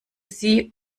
sie